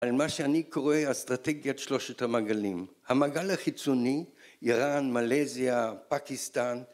על מה שאני קורא אסטרטגיית שלושת המעגלים המעגל החיצוני איראן מלזיה פקיסטן